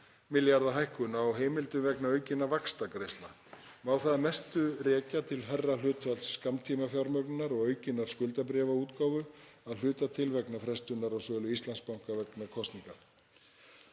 milljarða kr. hækkun á heimildum vegna aukinna vaxtagreiðslna. Má það að mestu rekja til hærra hlutfalls skammtímafjármögnunar og aukinnar skuldabréfaútgáfu að hluta til vegna frestunar á sölu Íslandsbanka vegna kosninga.